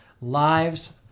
lives